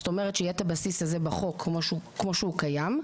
זאת אומרת שיהיה את הבסיס הזה בחוק כמו שהוא קיים,